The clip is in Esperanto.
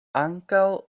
ankaŭ